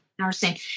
Nursing